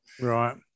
right